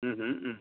हूं हूं हूं हूं